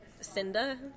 Cinda